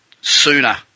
sooner